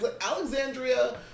Alexandria